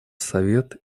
совет